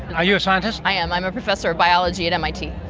are you a scientist? i am, i'm a professor of biology at mit.